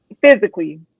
physically